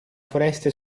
foresta